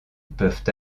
peuvent